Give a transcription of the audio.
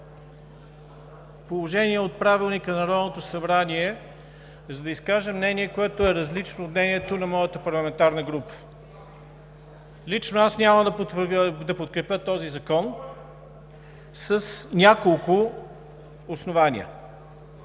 положение от Правилника на Народното събрание, за да изкажа мнение, което е различно от мнението на моята парламентарна група. Лично аз няма да подкрепя този закон с няколко основания.